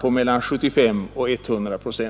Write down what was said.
på mellan 75 och 100 procent.